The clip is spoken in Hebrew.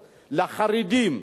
לחרדים,